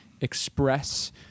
express